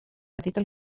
petita